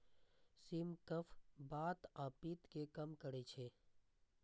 सिम कफ, बात आ पित्त कें कम करै छै